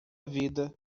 vida